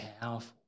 powerful